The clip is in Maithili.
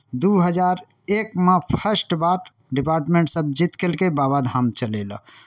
दू हजार एकमे फर्स्ट बार डिपार्टमेण्टसभ जिद कयलकै बाबाधाम चलय लेल